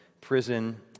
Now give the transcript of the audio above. prison